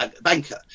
banker